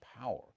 power